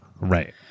Right